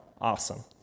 awesome